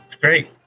great